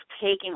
taking